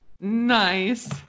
Nice